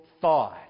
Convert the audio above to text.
thought